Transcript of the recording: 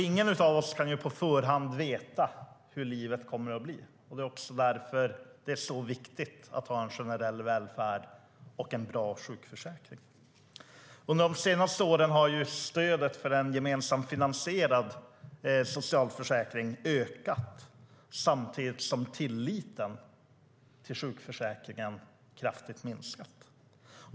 Ingen av oss kan på förhand veta hur livet kommer att bli, och det är också därför som det är så viktigt att ha en generell välfärd och en bra sjukförsäkring. Under de senaste åren har stödet för en gemensamt finansierad socialförsäkring ökat samtidigt som tilliten till sjukförsäkringen kraftigt har minskat.